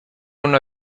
una